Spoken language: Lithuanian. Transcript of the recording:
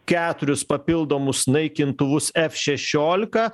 keturis papildomus naikintuvus ef šešiolika